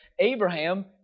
Abraham